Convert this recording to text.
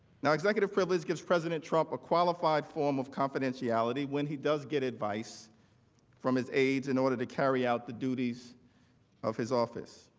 yeah executive privilege gives president trump a qualified form of confidentiality when he does get advice from his aides in order to carry out the duties of his office.